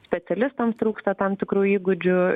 specialistams trūksta tam tikrų įgūdžių